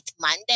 Monday